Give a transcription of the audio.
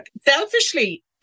selfishly